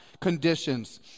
conditions